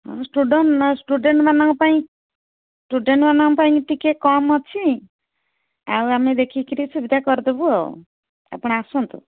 ହଁ ଷ୍ଟୁଡେଣ୍ଟ ଷ୍ଟୁଡେଣ୍ଟମାନଙ୍କ ପାଇଁ ଷ୍ଟୁଡେଣ୍ଟମାନଙ୍କ ପାଇଁ ଟିକେ କମ୍ ଅଛି ଆଉ ଆମେ ଦେଖିକିରି ସୁବିଧା କରିଦେବୁ ଆଉ ଆପଣ ଆସନ୍ତୁ